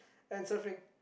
and surfing